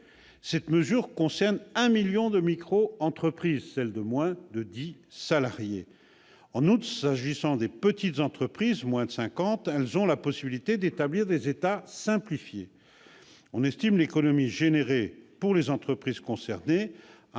Cette mesure concerne un million de microentreprises, de moins de dix salariés. En outre, les petites entreprises de moins de cinquante salariés ont la possibilité d'établir des états simplifiés. On estime l'économie engendrée pour les entreprises concernées à 1,1